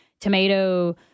tomato